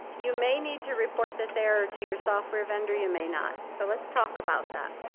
you may need to report this error to your software vendor, you may not. so let's talk about that.